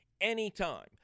anytime